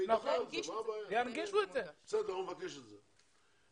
יואל בבקשה.